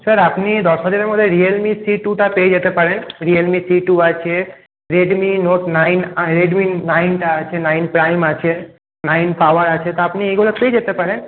sir আপনি দশ হাজারের মধ্যে রিয়েলমি সি টু টা পেয়ে যেতে পারেন রিয়েলমি থ্রি টু আছে রেডমি নোট নাইন রেডমি নাইনটা আছে নাইন প্রাইম আছে নাইন পাওয়ার আছে তা আপনি এইগুলো পেয়ে যেতে পারেন